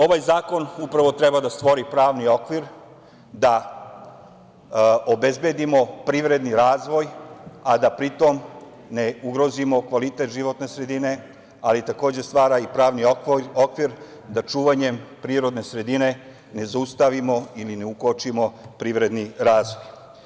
Ovaj zakon upravo treba da stvori pravni okvir, da obezbedimo privredni razvoj, a da pri tome ne ugrozimo kvalitet životne sredine, ali takođe stvara i pravni okvir da čuvanjem prirodne sredine ne zaustavimo i ne ukočimo privredni razvoj.